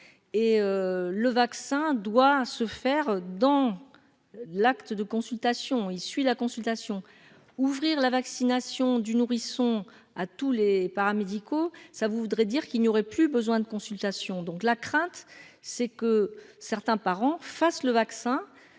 et le vaccin doit se faire dans l'acte de consultation, il suit la consultation ouvrir la vaccination du nourrisson, à tous les paramédicaux, ça voudrait dire qu'il n'y aurait plus besoin de consultation, donc la crainte, c'est que certains parents face le vaccin